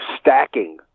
stacking